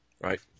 right